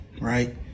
right